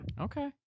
Okay